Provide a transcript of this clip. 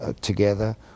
together